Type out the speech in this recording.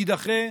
תידחה,